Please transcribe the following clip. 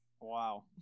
wow